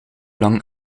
lang